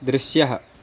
दृश्यः